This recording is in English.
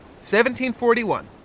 1741